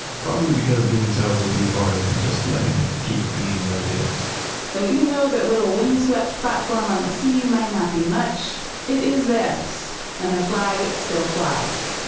probably because doing so would be harder than just letting it keep being what it is so even though the little wind-swept platform on the sea might not be much, it is theirs and their flag still flies,